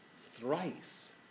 thrice